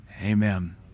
Amen